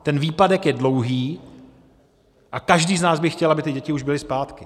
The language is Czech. Ten výpadek je dlouhý a každý z nás by chtěl, aby ty děti už byly zpátky.